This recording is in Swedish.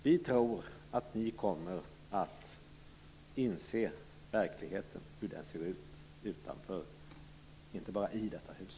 Vi tror att ni kommer att inse hur verkligheten ser ut utanför detta hus och inte bara i detta hus.